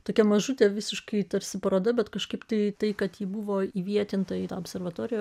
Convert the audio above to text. tokia mažutė visiškai tarsi paroda bet kažkaip tai tai kad ji buvo įvietinta į tą observatoriją